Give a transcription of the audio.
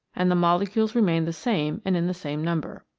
and the molecules remain the same and in the same number.